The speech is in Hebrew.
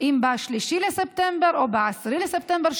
אם ב-3 בספטמבר או ב-10 בספטמבר,